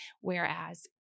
whereas